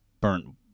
burnt